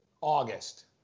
August